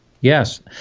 Yes